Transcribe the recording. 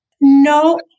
No